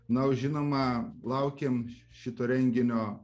na o žinoma laukėm šito renginio